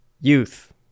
youth